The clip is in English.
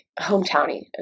hometowny